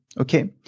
okay